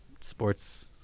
sports